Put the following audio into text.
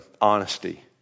honesty